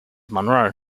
monroe